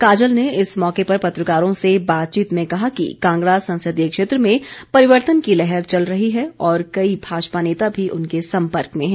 काजल ने इस मौके पर पत्रकारों से बातचीत में कहा कि कांगड़ा संसदीय क्षेत्र में परिवर्तन की लहर चल रही है और कई भाजपा नेता भी उनके संपर्क में हैं